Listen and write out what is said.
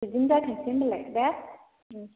बिदिनो जाथोंसै होनबालाय दे उम